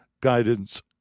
guidance